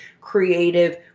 creative